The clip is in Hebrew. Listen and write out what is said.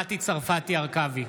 מטי צרפתי הרכבי,